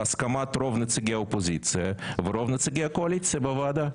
בהסכמת רוב נציגי האופוזיציה ורוב נציגי הקואליציה בוועדה.